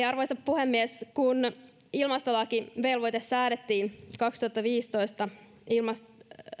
arvoisa puhemies kun ilmastolakivelvoite säädettiin kaksituhattaviisitoista